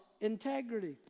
integrity